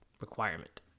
requirement